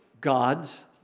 God's